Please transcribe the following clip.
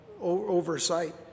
oversight